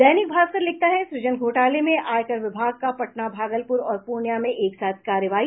दैनिक भास्कर लिखता है सृजन घोटाले में आयकर विभाग का पटना भागलपुर और पूर्णिया में एक साथ कार्रवाई